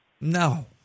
No